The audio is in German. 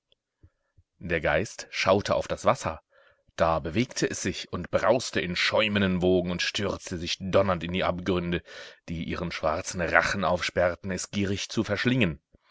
der geist schaute auf das wasser da bewegte es sich und brauste in schäumenden wogen und stürzte sich donnernd in die abgründe die ihren schwarzen rachen aufsperrten es gierig zu verschlingen